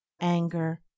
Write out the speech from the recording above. anger